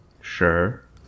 Sure